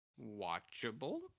watchable